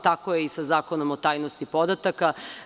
Tako je i sa Zakonom o tajnosti podataka.